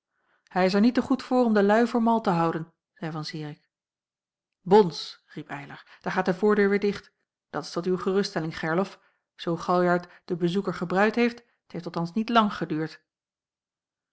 hij is er niet te goed voor om de luî voor mal te houden zeî van zirik bons riep eylar daar gaat de voordeur weêr dicht dat is tot uw geruststelling gerlof zoo galjart den bezoeker gebruid heeft t heeft althans niet lang geduurd